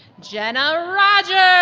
jenna rogers